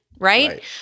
Right